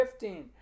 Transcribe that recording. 15